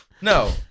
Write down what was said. No